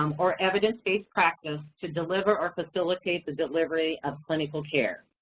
um or evidence-based practice to deliver or facilitate the delivery of clinical care.